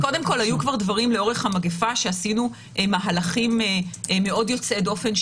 אז קודם כל היו כבר דברים לאורך המגיפה שעשינו מהלכים מאוד יוצאי דופן,